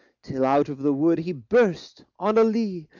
till out of the wood he burst on a lea,